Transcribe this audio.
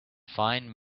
fine